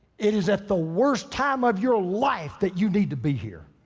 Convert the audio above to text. it is at the worst time of your life that you need to be here.